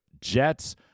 Jets